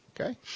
Okay